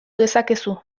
dezakezu